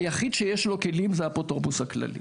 היחיד שיש לו כלים זה האפוטרופוס הכללי.